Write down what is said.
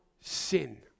sin